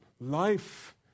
life